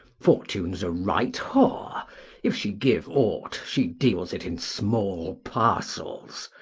fortune s a right whore if she give aught, she deals it in small parcels,